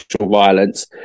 violence